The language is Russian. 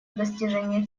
достижения